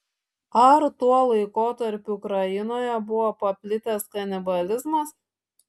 ar tuo laikotarpiu ukrainoje buvo paplitęs kanibalizmas